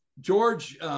George